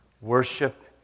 Worship